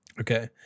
Okay